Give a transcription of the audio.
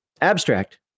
abstract